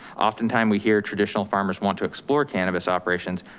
oftentimes, we hear traditional farmers want to explore cannabis operations,